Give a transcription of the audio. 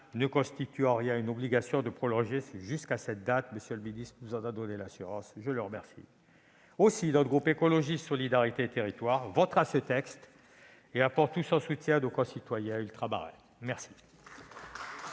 ne constitue en rien une obligation de prolongation jusqu'à cette date. Monsieur le ministre nous en a donné l'assurance, je l'en remercie. Aussi, notre groupe Écologiste- Solidarité et Territoires votera ce texte et apporte tout son soutien à nos concitoyens ultramarins. La